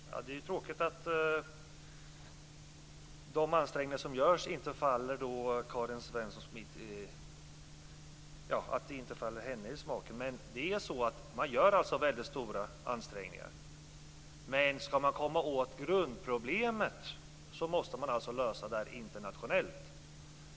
Fru talman! Det är tråkigt att de ansträngningar som görs inte faller Karin Svensson Smith i smaken. Man gör alltså mycket stora ansträngningar. Men ska man komma åt grundproblemet måste man lösa detta internationellt.